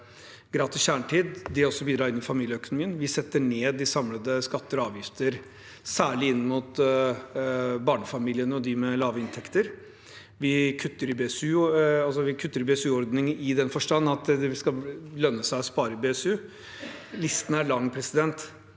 gratis kjernetid, bidrar det også i familieøkonomien. Vi setter ned de samlede skatter og avgifter og retter det særlig inn mot barnefamiliene og dem med lave inntekter. Vi kutter i BSU-ordningen i den forstand at det skal lønne seg å spare i BSU. Listen er lang. Så er det